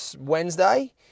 Wednesday